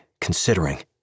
considering